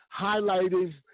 highlighting